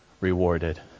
rewarded